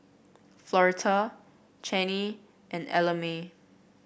Floretta Channie and Ellamae